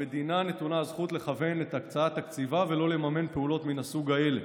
למדינה נתונה זכות לכוון את הקצאת תקציבה ולא לממן פעולות מן הסוג הזה.